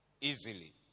easily